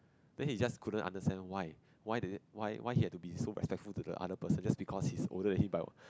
then he just couldn't understand why why is it why why he have to be so much thankful to the other person just because he's older than him by